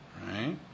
right